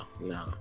no